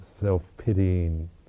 self-pitying